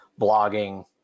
blogging